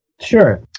Sure